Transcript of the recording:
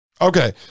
Okay